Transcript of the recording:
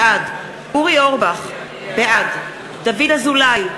בעד אורי אורבך, בעד דוד אזולאי,